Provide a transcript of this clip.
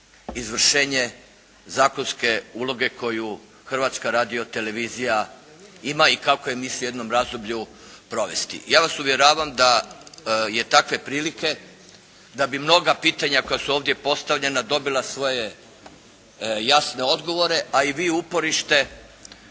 izvršenje zakonske uloge koju Hrvatska radio-televizija ima i kako je misli u jednom razdoblju provesti. Ja vas uvjeravam da je takve prilike da bi mnoga pitanja koja su ovdje postavljena dobila svoje jasne odgovore a i vi uporište